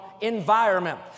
environment